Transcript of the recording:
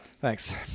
thanks